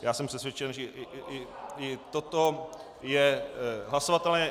Já jsem přesvědčen, že i toto je hlasovatelné.